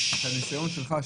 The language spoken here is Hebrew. הניסיון שלך,